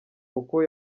kuko